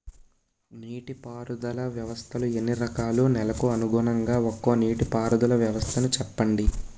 నీటి పారుదల వ్యవస్థలు ఎన్ని రకాలు? నెలకు అనుగుణంగా ఒక్కో నీటిపారుదల వ్వస్థ నీ చెప్పండి?